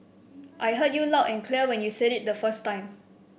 I heard you loud and clear when you said it the first time